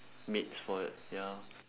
mates for it ya